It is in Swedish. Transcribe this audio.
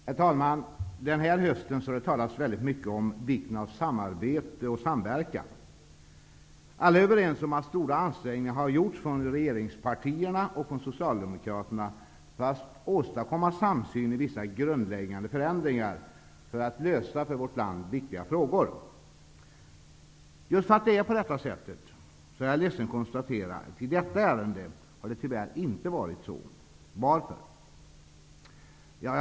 Herr talman! Denna höst har det talats mycket om vikten av samarbete och samverkan. Alla är överens om att stora ansträngningar har gjorts från regeringspartierna och från Socialdemokraterna för att åstadkomma samsyn om vissa grundläggande förändringar i syfte att lösa för vårt land viktiga frågor. Just därför är jag ledsen att behöva konstatera att det i detta ärende tyvärr inte har varit så. Man kan fråga sig varför.